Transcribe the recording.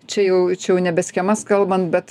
čia jau čia jau nebe schemas kalbant bet